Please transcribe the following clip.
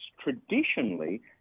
traditionally